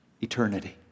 eternity